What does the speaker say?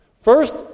First